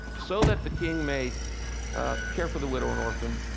so that the king may care for the widow and orphan,